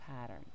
pattern